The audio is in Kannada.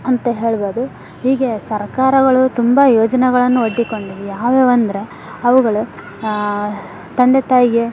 ಅಂತ ಹೇಳ್ಬೋದು ಹೀಗೆ ಸರ್ಕಾರಗಳು ತುಂಬ ಯೋಜನೆಗಳನ್ನು ಒಡ್ಡಿಕೊಂಡಿದೆ ಯಾವ್ಯಾವು ಅಂದರೆ ಅವುಗಳು ತಂದೆ ತಾಯಿಗೆ